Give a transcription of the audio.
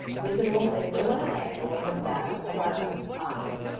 visible at no other angle than that of our own eye.